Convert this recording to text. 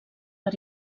per